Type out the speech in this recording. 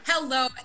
Hello